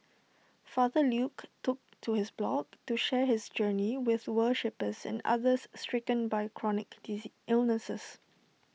father Luke took to his blog to share his journey with worshippers and others stricken by chronic illnesses